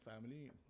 family